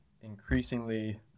increasingly